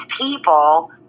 people